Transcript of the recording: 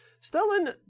Stalin